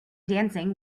dancing